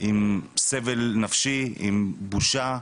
עם סבל נפשי, עם בושה,